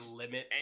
limit